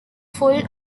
full